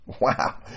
Wow